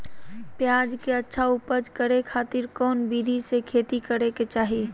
प्याज के अच्छा उपज करे खातिर कौन विधि से खेती करे के चाही?